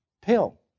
pill